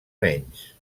menys